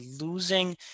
losing